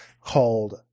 called